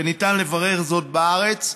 וניתן לברר זאת בארץ,